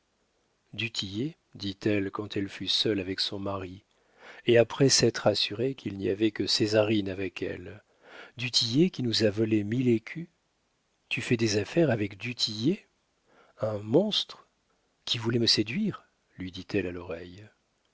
tillet dit-elle quand elle fut seule avec son mari et après s'être assurée qu'il n'y avait que césarine avec elle du tillet qui nous a volé mille écus tu fais des affaires avec du tillet un monstre qui voulait me séduire lui dit-elle à l'oreille